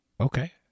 Okay